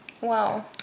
Wow